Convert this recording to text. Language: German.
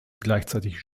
gleichzeitig